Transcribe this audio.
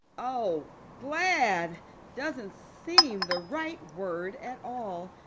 oh, glad doesn't seem the right word at all.